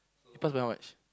pass by how much